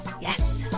Yes